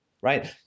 right